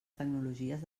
tecnologies